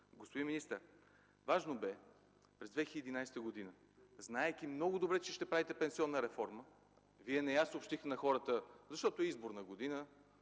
Господин министър, важно бе, че през 2011 г., знаейки много добре, че ще правите пенсионна реформа, Вие не я съобщихте на хората, защото е изборна година.